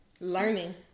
Learning